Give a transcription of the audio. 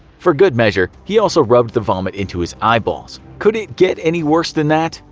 for good measure, he also rubbed the vomit into his eyeballs. could it get any worse than that?